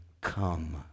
come